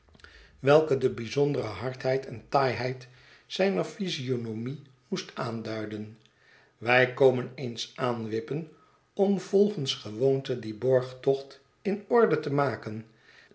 welke de bijzondere hardheid en taaiheid zijner physionomie moest aanduiden wij komen eens aanwippen om volgens gewoonte dien borgtocht in orde te maken